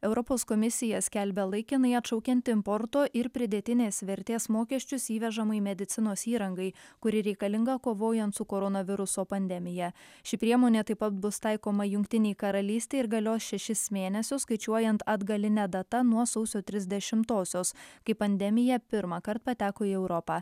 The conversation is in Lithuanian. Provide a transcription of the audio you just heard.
europos komisija skelbia laikinai atšaukianti importo ir pridėtinės vertės mokesčius įvežamai medicinos įrangai kuri reikalinga kovojant su koronaviruso pandemija ši priemonė taip pat bus taikoma jungtinei karalystei ir galios šešis mėnesius skaičiuojant atgaline data nuo sausio trisdešimtosios kai pandemija pirmąkart pateko į europą